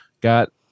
got